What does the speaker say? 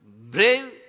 brave